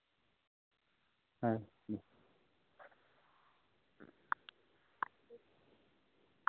ᱦᱮᱸ ᱦᱮᱸ